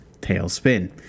Tailspin